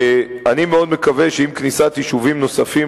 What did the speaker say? אני מאוד מקווה שעם כניסת יישובים נוספים